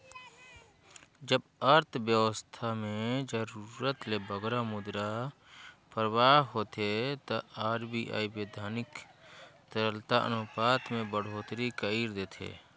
जब अर्थबेवस्था में जरूरत ले बगरा मुद्रा परवाह होथे ता आर.बी.आई बैधानिक तरलता अनुपात में बड़होत्तरी कइर देथे